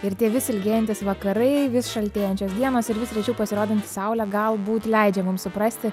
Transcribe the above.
ir tie vis ilgėjantys vakarai vis šaltėjančios dienos ir vis rečiau pasirodanti saulė galbūt leidžia mums suprasti